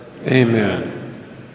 Amen